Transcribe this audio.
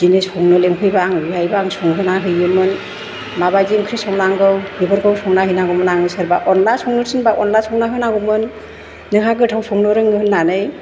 बिदिनो संनो लिंहैबा आङो बेहायबो आङो संहैना हैयोमोन माबायदि ओंख्रि संनांगौ बेफोरखौ संना हैनांगौमोन आं सोरबा अनला संनो थिनबा अनला संना होनांगौमोन नोंहा गोथाव संनो रोङो होननानै